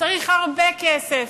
צריך הרבה כסף.